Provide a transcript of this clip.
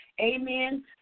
amen